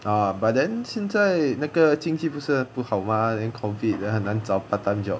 ah but then 现在那个经济不是不好吗 and then COVID 很难找 part time job